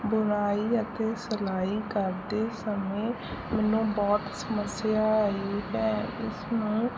ਬੁਣਾਈ ਅਤੇ ਸਿਲਾਈ ਕਰਦੇ ਸਮੇਂ ਮੈਨੂੰ ਬਹੁਤ ਸਮੱਸਿਆ ਆਈ ਹੈ ਇਸ ਨੂੰ